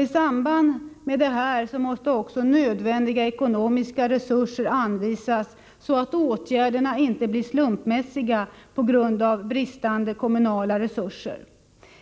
I samband därmed måste också nödvändiga ekonomiska resurser anvisas, så att åtgärderna inte blir slumpmässiga på grund av bristande kommunala resurser.